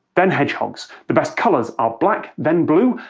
then hedgehogs. the best colours are black, then blue,